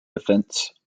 defence